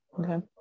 Okay